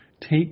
take